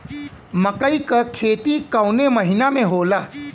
मकई क खेती कवने महीना में होला?